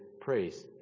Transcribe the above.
praise